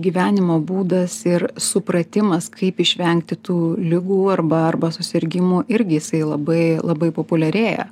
gyvenimo būdas ir supratimas kaip išvengti tų ligų arba arba susirgimų irgi jisai labai labai populiarėja